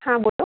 હા બોલો